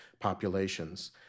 populations